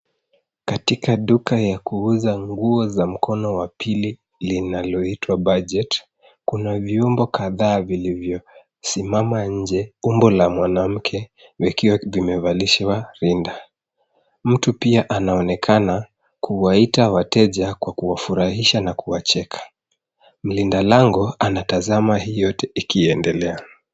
Katika duka ya kuuza nguo za mkono wa pili linalo itwa budget kuna viumbo kadhaa vilivyo simama nje. Umbo la mwanamke likiwa limevalishwa rinda. Mtu pia anaonekana kuwaita wateja kwa kuwafurahisha na kuwa cheka, mlinda mlango anawatazama hii yote ikiendelea.